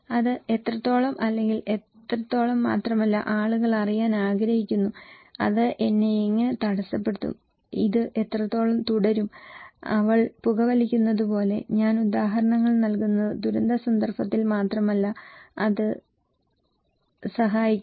അത് എത്രത്തോളം അല്ലെങ്കിൽ എത്രത്തോളം മാത്രമല്ല ആളുകൾ അറിയാൻ ആഗ്രഹിക്കുന്നു അത് എന്നെ എങ്ങനെ തടസ്സപ്പെടുത്തും ഇത് എത്രത്തോളം തുടരും അവൾ പുകവലിക്കുന്നതുപോലെ ഞാൻ ഉദാഹരണങ്ങൾ നൽകുന്നത് ദുരന്ത സന്ദർഭത്തിൽ മാത്രമല്ല അത് സഹായിക്കും